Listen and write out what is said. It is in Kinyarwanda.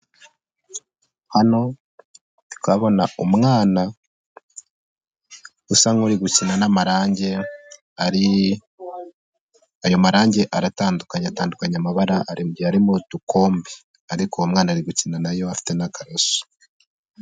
Hano turi kuhabona umwana usa nk'uri gukina n'amarangi, ayo marangi aratandukanye, atandukanye amabara ari mu udukombe ariko uwo mwana ari gukina nayo afite n'akaraso.